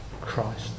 Christ